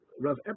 Rav